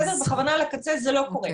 זה לא קורה,